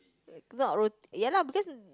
ya lah because